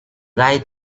guy